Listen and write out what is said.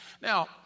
Now